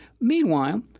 Meanwhile